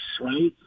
right